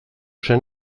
zen